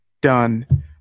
done